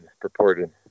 purported